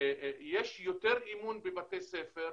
יש יותר אמון בבתי ספר,